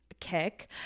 kick